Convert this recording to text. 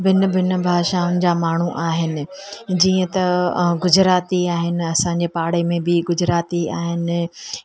बिनि बिनि भाषाउनि जा माण्हू आहिनि जीअं त गुजराती आहिनि असां जे पाड़े में बि गुजराती आहिनि